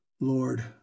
Lord